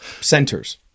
centers